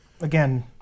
again